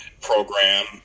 program